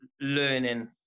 learning